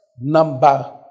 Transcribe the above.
number